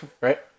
Right